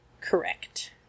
correct